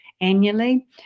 annually